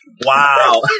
Wow